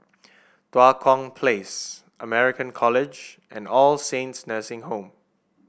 Tua Kong Place American College and All Saints Nursing Home